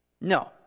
No